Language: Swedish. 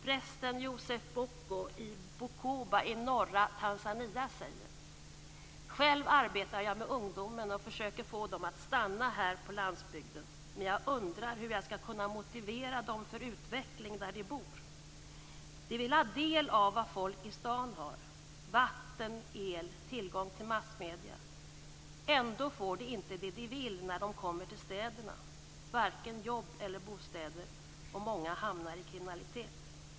Prästen Joseph Bocko i Bukoba i norra Tanzania säger: "Själv arbetar jag med ungdomen och försöker få dem att stanna här på landsbygden, men jag undrar hur jag skall kunna motivera dem för utveckling, där de bor. De vill ha del av vad folk i stan har - vatten, el, tillgång till massmedia. Ändå får de inte det de vill ha när de kommer till städerna - varken jobb eller bostäder - och många hamnar i kriminalitet."